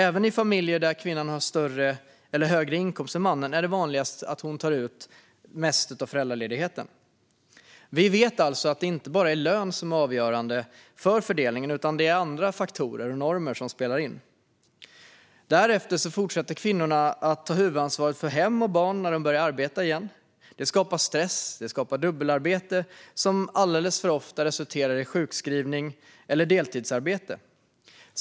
Även i familjer där kvinnan har högre inkomst än mannen är det vanligast att hon tar ut mest föräldraledighet. Vi vet alltså att det inte bara är lönen som är avgörande för fördelningen, utan även andra faktorer och normer spelar in. Därefter fortsätter kvinnorna att ta huvudansvaret för hem och barn när de börjar arbeta igen. Det skapar stress och dubbelarbete som alldeles för ofta resulterar i sjukskrivning eller deltidsarbete.